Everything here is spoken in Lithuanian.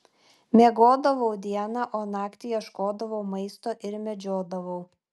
miegodavau dieną o naktį ieškodavau maisto ir medžiodavau